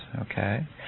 okay